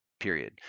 Period